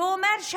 אומר,